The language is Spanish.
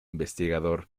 investigador